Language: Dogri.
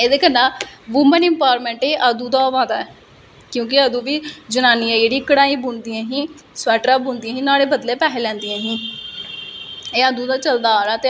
लेकिन जे तुस अच्छे आर्टिस्ट ओ जे तुसें लगदा कि तुस कान्फीडेंट ओ अपने मतलब तुंदे अंदर कान्फीडैंस ऐ कि तुस एह् चीज करी पाने ओ ते कोई बी काम्पीटीशन होंदा ओहदे च हिस्सा लैओ